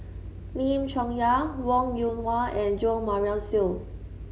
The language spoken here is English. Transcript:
Lim Chong Yah Wong Yoon Wah and Jo Marion Seow